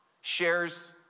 shares